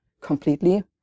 completely